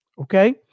Okay